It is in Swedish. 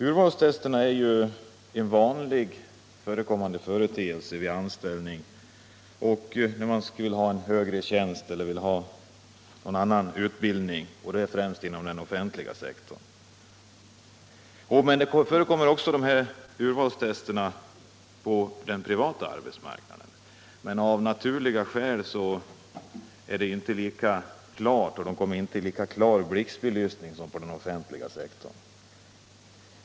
Urvalstesterna är en vanlig företeelse vid anställande av personal och i samband med att man söker en högre tjänst eller till någon form av utbildning, främst inom den offentliga sektorn. Dessaurvalstester förekommer också på den privata arbetsmarknaden, men av naturliga skäl kommer de där inte i samma blixtbelysning som på den offentliga sektorn.